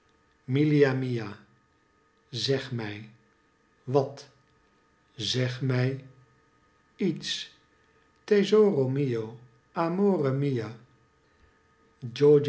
mia zeg mij wat zeg mij iets tesoro mio amore mio